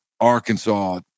Arkansas